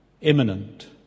Imminent